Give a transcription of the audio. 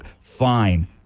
Fine